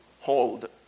hold